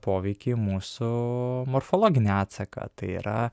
poveikį mūsų morfologinį atsaką tai yra